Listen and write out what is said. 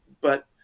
but-